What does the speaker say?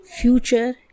future